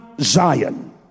Zion